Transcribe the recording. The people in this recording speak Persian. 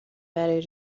برای